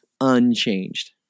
unchanged